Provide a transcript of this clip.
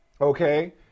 Okay